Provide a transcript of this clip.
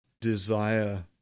desire